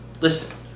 listen